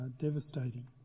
devastating